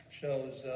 shows